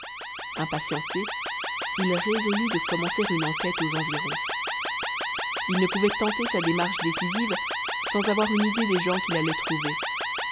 impatienté il résolut de commencer une enquête aux environs il ne pouvait tenter sa démarche décisive sans avoir une idée des gens qu'il allait trouver